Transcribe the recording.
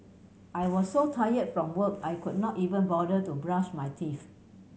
I was so tire from work I could not even bother to brush my teeth